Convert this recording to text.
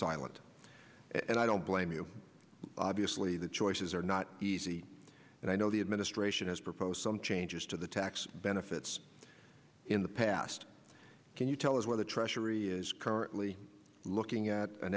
silent and i don't blame you obviously the choices are not easy and i know the administration has proposed some changes to the tax benefits in the past can you tell us where the treasury is currently looking at an